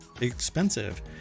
expensive